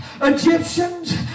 Egyptians